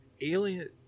Alien